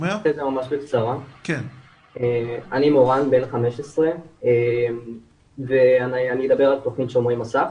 אני בן 15. אני אדבר על תוכנית שומרי מסך.